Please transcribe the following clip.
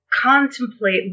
contemplate